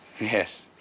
Yes